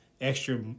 extra